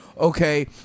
Okay